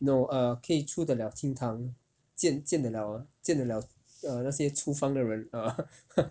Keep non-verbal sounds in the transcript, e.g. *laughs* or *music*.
no err 可以出得了厅堂见见得了见得了 err 那些厨房的人 err *laughs*